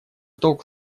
долг